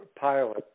pilot